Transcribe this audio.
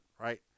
right